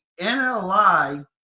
NLI